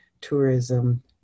tourism